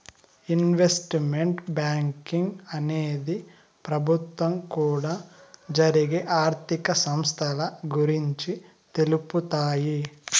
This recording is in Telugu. ఇన్వెస్ట్మెంట్ బ్యాంకింగ్ అనేది ప్రభుత్వం కూడా జరిగే ఆర్థిక సంస్థల గురించి తెలుపుతాయి